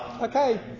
Okay